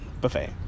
buffet